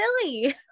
silly